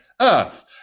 Earth